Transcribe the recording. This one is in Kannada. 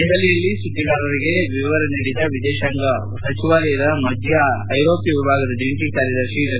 ದೆಹಲಿಯಲ್ಲಿ ಸುದ್ದಿಗಾರರಿಗೆ ವಿವರ ನೀಡಿದ ವಿದೇಶಾಂಗ ವ್ಯವಹಾರಗಳ ಸಚಿವಾಲಯದ ಮಧ್ಯ ಐರೋಪ್ಯ ವಿಭಾಗದ ಜಂಟಿ ಕಾರ್ಯದರ್ಶಿ ಡಾ